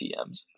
TMs